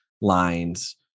lines